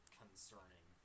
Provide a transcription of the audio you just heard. concerning